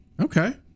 Okay